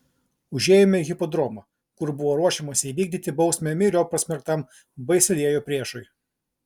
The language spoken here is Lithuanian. užėjome į hipodromą kur buvo ruošiamasi įvykdyti bausmę myriop pasmerktam basilėjo priešui